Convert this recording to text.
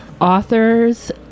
authors